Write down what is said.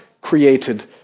created